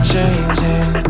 changing